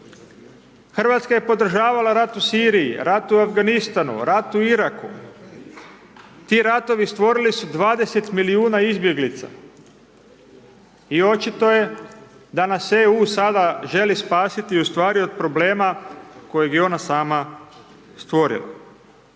Hrvatska je podržavala rat u Siriji, rat u Afganistanu, rat u Iraku, ti ratovi stvorili su 20 milijuna izbjeglica, i očito je da nas EU sada želi spasiti u stvari od problema kojeg je ona sama stvorila.